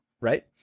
right